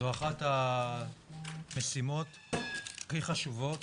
זו אחת המשימות הכי חשובות